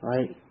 Right